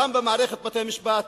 גם במערכת בתי-המשפט,